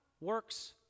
works